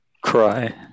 Cry